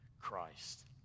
Christ